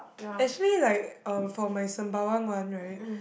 actually like um for my sembawang one right